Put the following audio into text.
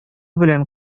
белән